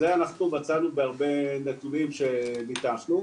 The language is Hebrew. זה אנחנו מצאנו בהרבה נתונים שניתחנו.